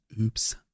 Oops